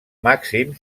màxim